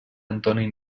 antoni